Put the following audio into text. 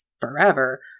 forever